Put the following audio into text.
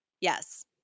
yes